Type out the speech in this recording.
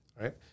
right